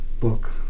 book